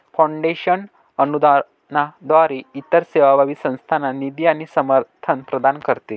foundation अनुदानाद्वारे इतर सेवाभावी संस्थांना निधी आणि समर्थन प्रदान करते